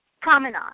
Promenade